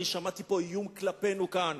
אני שמעתי פה איום כלפינו כאן,